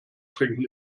trinken